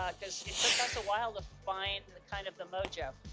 ah because it took us a while to find the kind of the mojo,